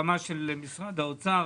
בהסכמה של משרד האוצר,